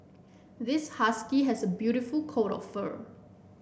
this husky has a beautiful coat of fur